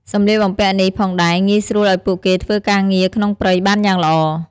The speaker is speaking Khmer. សម្លៀកបំពាក់នេះផងដែរងាយស្រួលឱ្យពួកគេធ្វើការងារក្នុងព្រៃបានយ៉ាងល្អ។